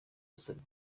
asaba